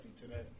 today